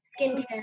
skincare